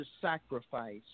sacrifice